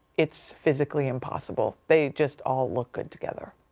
it's physically impossible. they just all look good together.